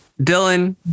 Dylan